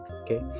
Okay